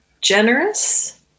generous